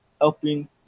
helping